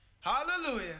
Hallelujah